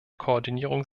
koordinierung